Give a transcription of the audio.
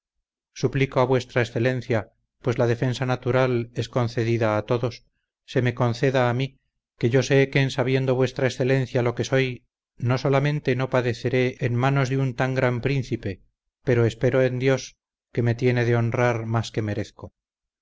suplico a vuestra excelencia pues la defensa natural es concedida a todos se me conceda a mí que yo sé que en sabiendo vuestra excelencia lo que soy no solamente no padeceré en manos de un tan gran príncipe pero espero en dios que me tiene de honrar más que merezco